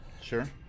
Sure